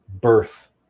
birth